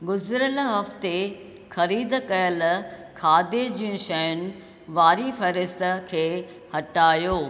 गुज़िरियल हफ़्ते ख़रीद कयल खाधे जूं शयुनि वारी फ़हिरिस्त खे हटायो